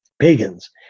pagans